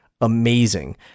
amazing